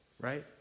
Right